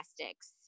plastics